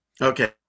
Okay